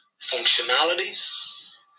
functionalities